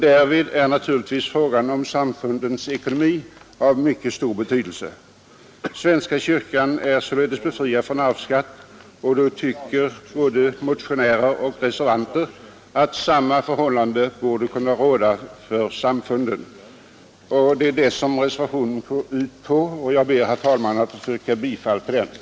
Därvid är naturligtvis frågan om samfundens ekonomi av mycket stor betydelse. Svenska kyrkan är ju befriad från arvsskatt och då tycker både motionärer och reservanter att samma förhållande borde kunna råda för samfunden. vilket reservationen går ut på. Jag ber, herr talman, att få yrka bifall till reservationen.